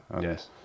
Yes